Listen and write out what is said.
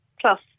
plus